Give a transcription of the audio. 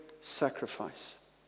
sacrifice